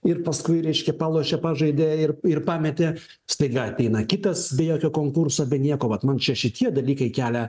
ir paskui reiškia palošė pažaidė ir ir pametė staiga ateina kitas be jokio konkurso be nieko vat man čia šitie dalykai kelia